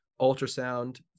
ultrasound